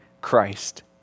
Christ